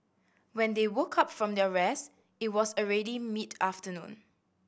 when they woke up from their rest it was already mid afternoon